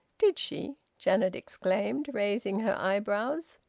did she? janet exclaimed, raising her eyebrows.